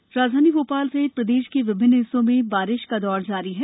मौसम राजधानी भोपाल सहित प्रदेश के विभिन्न हिस्सों में बारिश का दौर जारी है